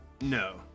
No